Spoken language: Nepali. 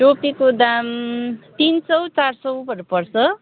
टोपीको दाम तिन सौ चार सौहरू पर्छ